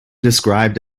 described